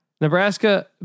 Nebraska